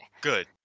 Good